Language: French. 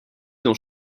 dans